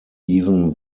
even